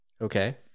Okay